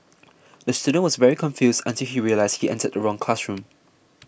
the student was very confused until he realised he entered the wrong classroom